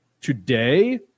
today